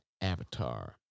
Avatar